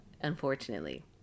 unfortunately